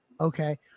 okay